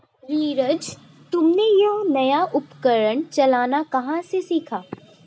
नीरज तुमने यह नया उपकरण चलाना कहां से सीखा?